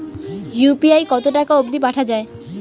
UPI কতো টাকা অব্দি পাঠা যায়?